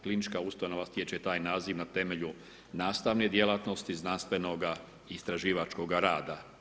Klinička ustanova stječe taj naziv na temelju nastavne djelatnosti znanstvenoga istraživačkoga rada.